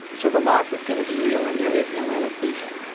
so the loss is going to be real, and there is no anesthesia.